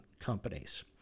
companies